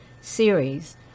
series